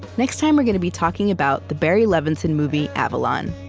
next time, we're going to be talking about the barry levinson movie avalon.